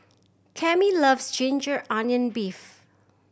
Cami loves ginger onion beef